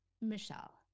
Michelle